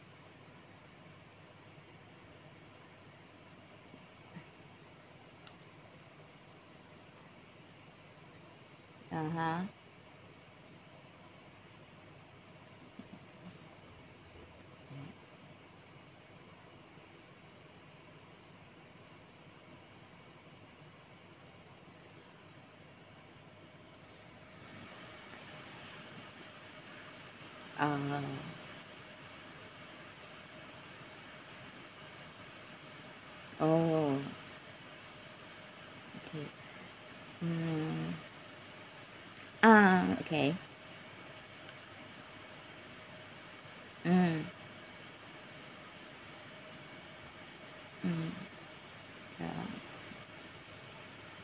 (uh huh) mm ah oh okay mm ah okay mm mm ya